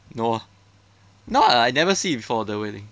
no ah no ah I never see before the wedding